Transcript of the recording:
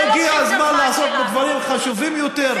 לא הגיע הזמן לעסוק בדברים חשובים יותר?